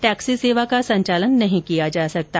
taxi सेवा का संचालन नहीं किया जा सकता